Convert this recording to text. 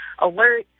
alert